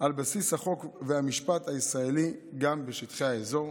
על בסיס החוק והמשפט הישראלי גם בשטחי האזור.